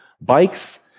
bikes